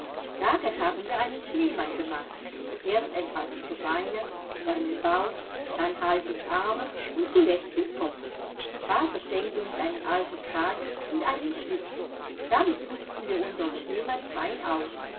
nachher haben wir einen schneemann gemacht erst ein paar dicke beine und einen bauch dann hals und arme und zuletzt den kopf vater schenkte uns einen alten kragen und einen schlips damit putzten wir unsern schneemann fein aus